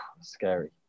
scary